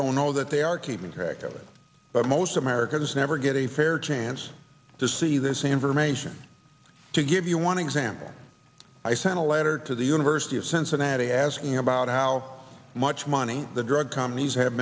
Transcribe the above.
don't know that they are keeping track of it but most americans never get a fair chance to see this information to give you one example i sent a letter to the university of cincinnati asking about how much money the drug companies have